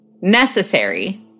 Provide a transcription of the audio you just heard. necessary